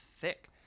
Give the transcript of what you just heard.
thick